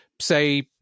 say